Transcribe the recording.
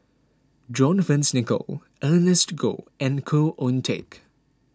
John Fearns Nicoll Ernest Goh and Khoo Oon Teik